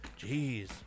Jeez